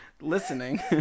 listening